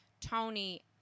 Tony